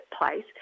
place